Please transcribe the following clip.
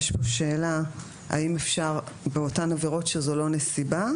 יש כאן שאלה האם אפשר באותן עבירות שזו לא נסיבה,